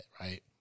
right